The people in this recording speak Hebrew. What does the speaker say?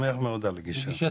שמח מאוד על הגישה.